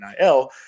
nil